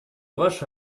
ваше